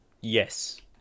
Yes